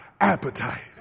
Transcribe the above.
appetite